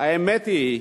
האמת היא,